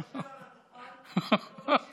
אתה יושב על הדוכן ולא מקשיב למה אני אומר,